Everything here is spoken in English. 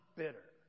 bitter